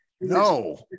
no